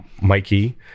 Mikey